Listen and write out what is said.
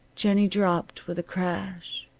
jennie dropped with a crash,